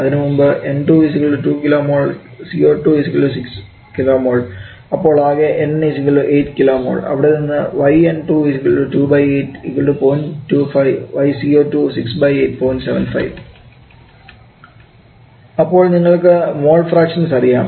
അതിനുമുമ്പ് നമുക്ക് N2 🡪 2 kmol CO2 🡪 6 kmol അപ്പോൾ ആകെ n 🡪 8 kmol അവിടെനിന്ന് അപ്പോൾ നിങ്ങൾക്ക് മോൾ ഫ്രാക്ഷൻസ് അറിയാം